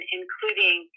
including